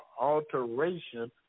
alteration